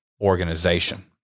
organization